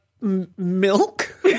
milk